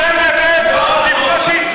נו, כן, באמת, אחרי שהצבענו.